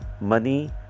money